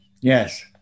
Yes